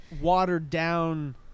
watered-down